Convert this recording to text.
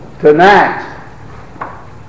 tonight